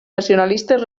nacionalistes